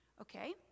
Okay